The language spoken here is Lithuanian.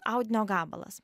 audinio gabalas